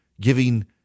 giving